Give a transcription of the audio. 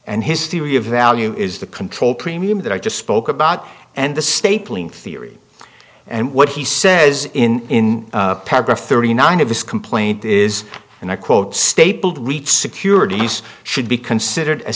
and his theory of value is the control premium that i just spoke about and the stapling theory and what he says in paragraph thirty nine of this complaint is and i quote stapled reach securities should be considered a